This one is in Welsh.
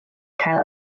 cael